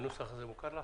הנוסח הזה מוכר לך?